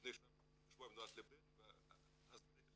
לפני שבועיים נולד לי בן ולפני שבועיים